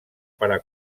para